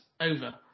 over